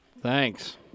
Thanks